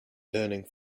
learning